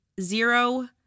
zero